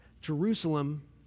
Jerusalem